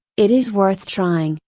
it is worth trying,